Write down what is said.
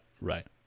right